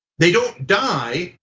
they don't die.